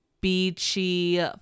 beachy